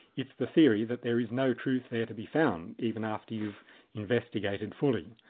it's the theory that there is no truth there to be found, even after you've investigated fully.